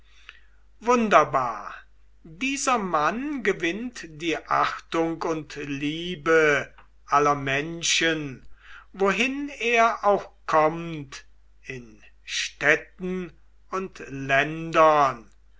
wunderbar dieser mann gewinnt die achtung und liebe aller menschen wohin er auch kommt in städten und